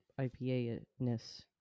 IPA-ness